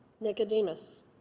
Nicodemus